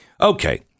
Okay